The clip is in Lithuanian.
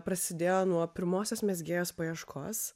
prasidėjo nuo pirmosios mezgėjos paieškos